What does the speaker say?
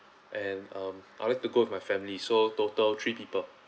and um I'd like to go with my family so total three people